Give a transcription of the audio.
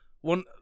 one